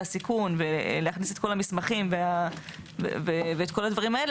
הסיכון ולהכניס את כל המסמכים ואת כל הדברים האלה,